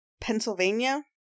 Pennsylvania